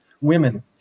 women